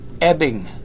ebbing